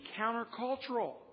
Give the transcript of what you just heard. countercultural